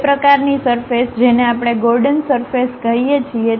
તે પ્રકારની સરફેસ જેને આપણે ગોર્ડન સરફેસ કહીએ છીએ